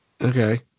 Okay